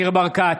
ניר ברקת,